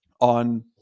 on